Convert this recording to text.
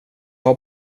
har